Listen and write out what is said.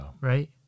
Right